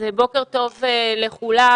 בוקר טוב לכולם.